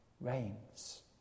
reigns